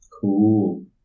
Cool